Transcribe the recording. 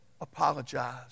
apologize